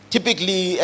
Typically